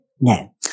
no